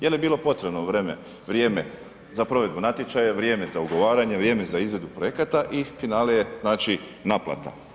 Je li bilo potrebno vrijeme za provedbu natječaja, vrijeme za ugovaranje, vrijeme za izvedbu projekata i finale znači naplata.